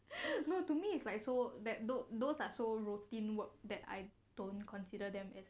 no no to me it's like so that those those are so routine work that I don't consider them as